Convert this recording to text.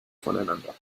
voneinander